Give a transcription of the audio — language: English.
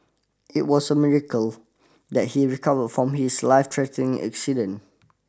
it was a miracle that he recovered from his life threatening accident